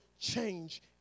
change